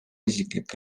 isiklik